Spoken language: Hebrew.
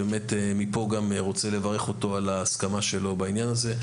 ומפה אני רוצה לברך אותו על ההסכמה שלו בעניין הזה.